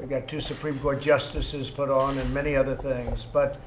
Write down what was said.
we got two supreme court justices put on, and many other things. but